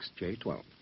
XJ12